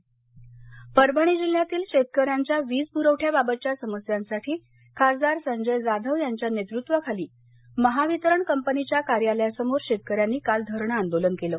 धरणे आंदोलन परभणी परभणी जिल्ह्यातील शेतकऱ्यांच्या वीज प्रवठ्याबाबतच्या समस्यांसाठी खासदार संजय जाधव यांच्या नेतृत्वाखाली महावितरण कंपनीच्या कार्यालयासमोर शेतकऱ्यांनी काल धरणे आंदोलन केलं